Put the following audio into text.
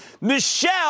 Michelle